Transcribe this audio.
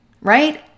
right